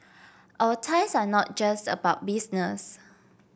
our ties are not just about business